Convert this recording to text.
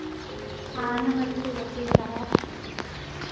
हाँ नमस्ते वकील साहब